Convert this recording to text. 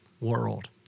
world